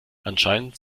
anscheinend